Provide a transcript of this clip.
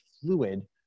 fluid